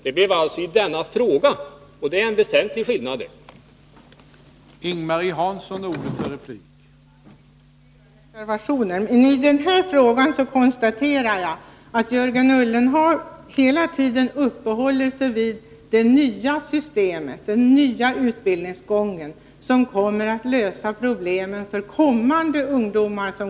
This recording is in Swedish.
Det blev alltså så i denna fråga, och det är en väsentlig skillnad, det.